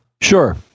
Sure